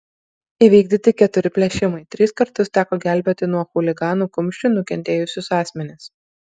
įvykdyti keturi plėšimai tris kartus teko gelbėti nuo chuliganų kumščių nukentėjusius asmenis